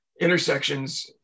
intersections